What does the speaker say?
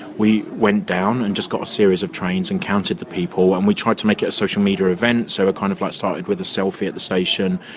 we went down and just got a series of trains and counted the people. and we tried to make it a social media event, so we kind of like started with a selfie at the station,